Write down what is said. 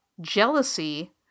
jealousy